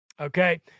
Okay